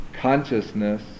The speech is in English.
consciousness